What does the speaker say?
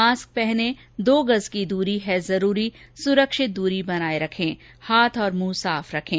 माक पडने दो गज की दूरी है जरूरी सुरक्षित दूरी बनाए रखें हाव और मुंह साफ रखें